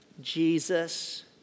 Jesus